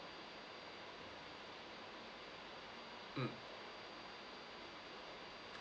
mm